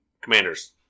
Commanders